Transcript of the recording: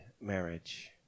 marriage